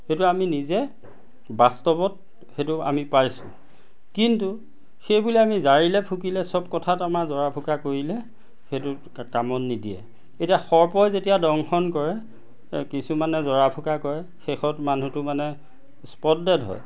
সেইটো আমি নিজে বাস্তৱত সেইটো আমি পাইছোঁ কিন্তু সেইবুলি আমি জাৰিলে ফুকিলে চব কথাত আমাৰ জৰা ফুকা কৰিলে সেইটো কামত নিদিয়ে এতিয়া সৰ্পই যেতিয়া দংশন কৰে কিছুমানে জৰা ফুকা কৰে শেষত মানুহটো মানে স্পট ডেড হয়